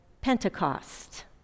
Pentecost